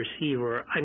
receiver